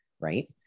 right